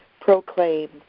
proclaim